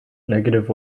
negative